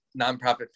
nonprofit